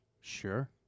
Sure